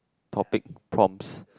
topic prompts